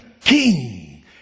king